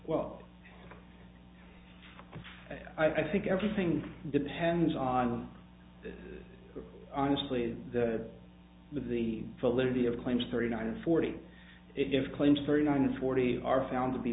well i think everything depends on honestly the the validity of the claims thirty nine and forty if claims thirty nine and forty are found to be